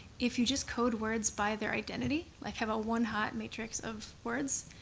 if you just code words by their identity, like have a one hot matrix of words,